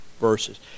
verses